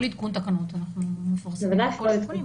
כל עדכון תקנות אנחנו מפרסמים, בוודאי.